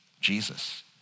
Jesus